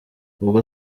ubwo